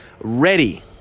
ready